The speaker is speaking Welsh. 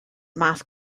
math